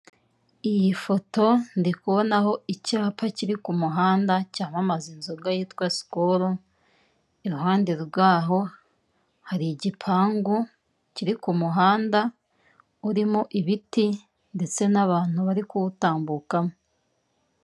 Iyi foto ndikubonaho icyapa kiri ku muhanda cyampamaza inzoga yitwa sikoru iruhande rwaho hari igipangu kiri kumuhanda, urimo ibiti ndetse n'abantu barikuwutambukamo.